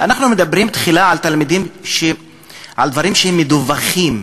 אנחנו מדברים תחילה על דברים שהם מדווחים.